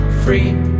free